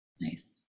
nice